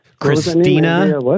Christina